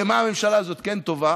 במה הממשלה הזו כן טובה?